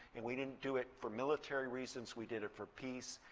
and we didn't do it for military reasons, we did it for peace,